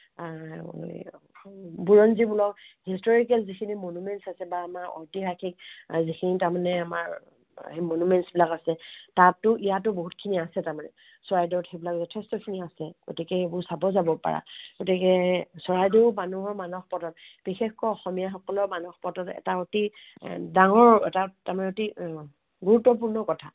বুৰঞ্জীমূলক হিষ্টৰিকেল যিখিনি মনুমেণ্টছ আছে বা আমাৰ ঐতিহাসিক যিখিনি তাৰমানে আমাৰ মনুমেণ্টছবিলাক আছে তাতো ইয়াতো বহুতখিনি আছে তাৰমানে চৰাইদেউত সেইবিলাক যথেষ্ঠখিনি আছে গতিকে সেইবোৰ চাব যাব পাৰা গতিকে চৰাইদেউ মানুহৰ মানসপটত বিশেষকৈ অসমীয়াসকলৰ মানসপটত এটা অতি ডাঙৰ এটা তাৰমানে অতি গুৰুত্বপূৰ্ণ কথা